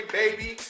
baby